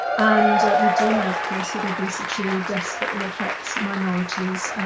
and we do know, of course, that obesity desperately affects minorities,